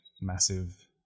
massive